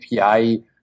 API